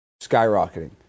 skyrocketing